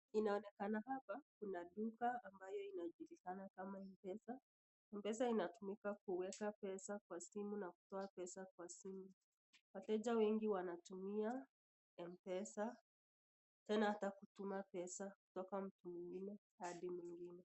inaonekana kwamba kuna duka ambayo inajulikana kama Mpesa. Mpesa inatumika kuweka pesa kwa simu na kutoa pesa kwa simu. Wateja wengi wanatumia Mpesa tena hata kutuma pesa kutoka mtu mwengine hadi mwengine.